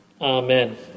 Amen